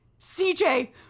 CJ